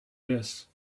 this